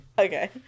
Okay